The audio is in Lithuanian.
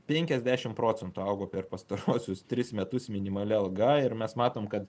penkiasdešim procentų augo per pastaruosius tris metus minimali alga ir mes matom kad